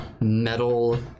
metal